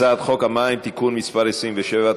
הצעת חוק המים (תיקון מס' 27),